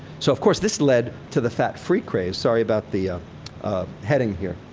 so of course, this led to the fat-free craze. sorry about the heading here.